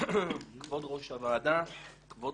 כבוד ראש-הוועדה, כבוד